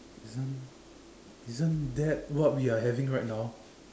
isn't isn't that what we are having right now